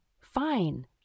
fine